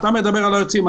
אתה מדבר על היוצאים.